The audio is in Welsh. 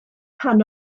rhan